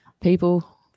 people